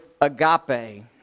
agape